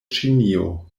ĉinio